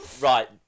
right